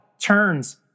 turns